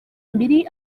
mbiri